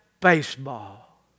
baseball